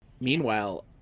Meanwhile